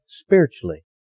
spiritually